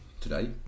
today